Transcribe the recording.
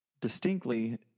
distinctly